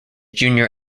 junior